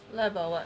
lie about what